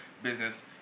business